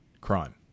crime